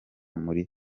muri